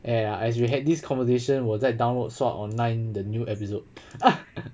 ya ya as we had this conversation 我在 download sword art online the new episode